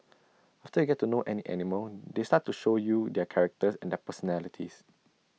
after you get to know any animal they start to show you their characters and their personalities